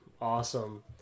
awesome